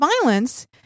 violence